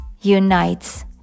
unites